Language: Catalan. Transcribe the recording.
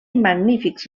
magnífics